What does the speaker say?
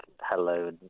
hello